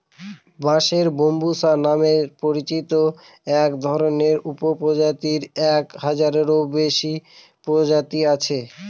বাঁশের ব্যম্বুসা নামে পরিচিত একধরনের উপপ্রজাতির এক হাজারেরও বেশি প্রজাতি আছে